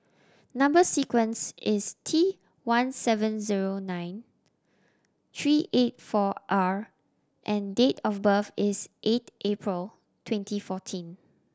number sequence is T one seven zero nine three eight four R and date of birth is eight April twenty fourteen